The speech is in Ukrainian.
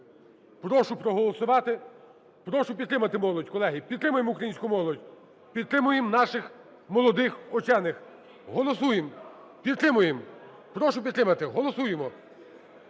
Прошу проголосувати. Прошу підтримати молодь. Колеги, підтримаємо українську молодь. Підтримаємо наших молодих учених. Голосуємо. Підтримуємо. Прошу підтримати. Голосуємо.